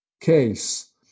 case